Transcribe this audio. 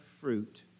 fruit